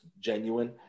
genuine